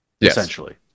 Essentially